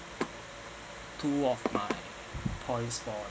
two of my points for